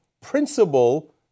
principle